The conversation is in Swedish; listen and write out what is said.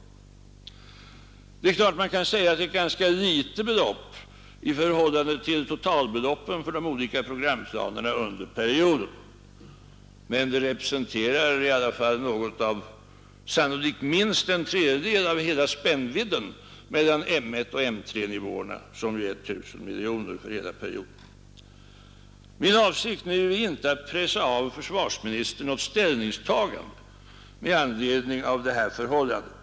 Det är klart att man kan säga att det är ett ganska litet belopp i förhållande till totalbeloppen för de olika programplanerna under perioden, men de representerar i alla fall sannolikt minst en tredjedel av hela spännvidden mellan M 1 och M 3-nivåerna som är 1 000 miljoner för hela perioden. Min avsikt nu är inte att pressa försvarsministern till något ställningstagande med anledning av detta förhållande.